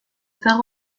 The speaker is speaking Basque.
dago